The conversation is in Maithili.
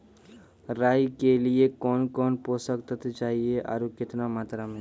राई के लिए कौन कौन पोसक तत्व चाहिए आरु केतना मात्रा मे?